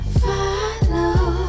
follow